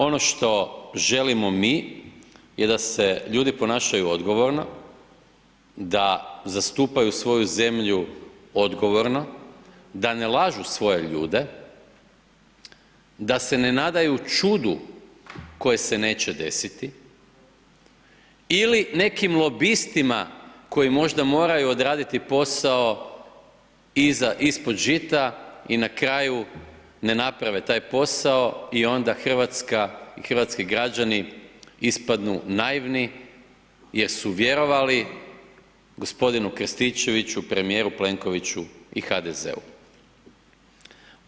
Ono što želimo mi je da se ljudi ponašaju odgovorno, da zastupaju svoju zemlju odgovorno, da ne lažu svoje ljude, da se ne nadaju čudu koje se neće desiti ili nekim lobistima koji možda moraju odraditi posao ispod žita i na kraju ne naprave taj posao i onda hrvatski građani ispadnu naivni jer su vjerovali g. Krstičeviću, premijeru Plenkoviću i HDZ-u.